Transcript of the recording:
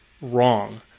wrong